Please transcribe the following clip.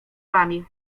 wami